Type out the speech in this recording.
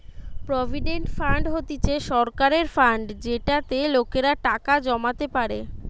provident fund হতিছে সরকারের fund যেটাতে লোকেরা টাকা জমাতে পারে